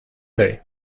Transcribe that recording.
they